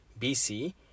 BC